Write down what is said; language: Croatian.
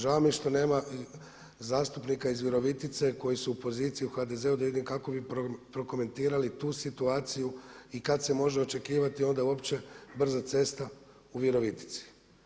Žao mi je što nema zastupnika iz Virovitice koji su u poziciji u HDZ-u da vidim kako bi prokomentirali tu situaciju i kada se može očekivati onda brza cesta u Virovitici.